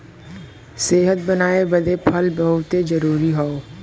सेहत बनाए बदे फल बहुते जरूरी हौ